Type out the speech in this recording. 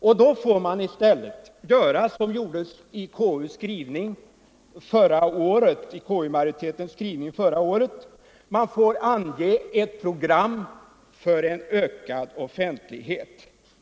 Därför får man i stället — Offentliga utgöra så som gjordes i KU-majoritetens skrivning förra året, nämligen ange = skottsutfrågningar ett program för ökad offentlighet.